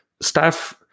staff